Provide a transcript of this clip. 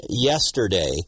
yesterday